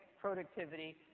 productivity